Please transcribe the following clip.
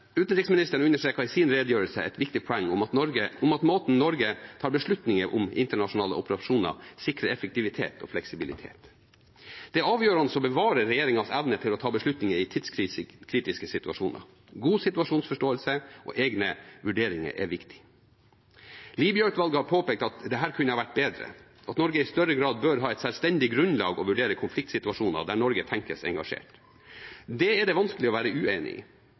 Utenriksministeren understreket i sin redegjørelse et viktig poeng om at måten Norge tar beslutninger om internasjonale operasjoner på, sikrer effektivitet og fleksibilitet. Det er avgjørende å bevare regjeringens evne til å ta beslutninger i tidskritiske situasjoner. God situasjonsforståelse og egne vurderinger er viktig. Libya-utvalget har påpekt at dette kunne vært bedre, at Norge i større grad bør ha et selvstendig grunnlag for å vurdere konfliktsituasjoner der Norge tenkes engasjert. Det er det vanskelig å være uenig i.